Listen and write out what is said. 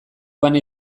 bana